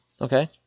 Okay